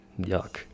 Yuck